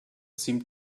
seemed